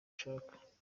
ushaka